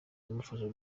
imufasha